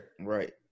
Right